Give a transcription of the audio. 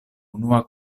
unua